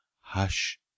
Hush